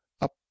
up